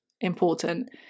important